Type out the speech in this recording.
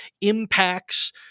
impacts